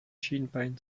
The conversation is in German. schienbein